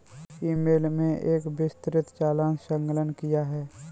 ई mail में एक विस्तृत चालान संलग्न किया है